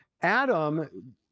Adam